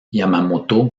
yamamoto